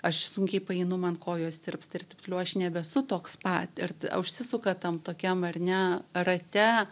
aš sunkiai paeinu man kojos tirpsta ir taip toliau aš nebesu toks pat ir užsisuka tam tokiam ar ne rate